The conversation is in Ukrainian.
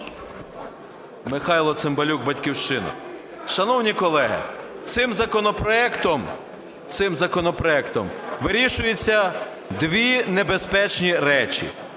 Михайло Цимбалюк, "Батьківщина". Шановні колеги, цим законопроектом вирішуються дві небезпечні речі,